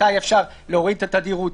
מתי אפשר להוריד את התדירות,